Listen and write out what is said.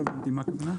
לא הבנתי, מה הכוונה?